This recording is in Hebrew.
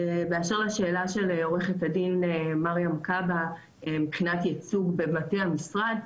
באשר לשאלה של עוה"ד מרים כבהא מבחינת ייצוג במטה המשרד,